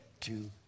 two